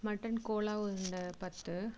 மாட்டன் கோலா உருண்டை பத்து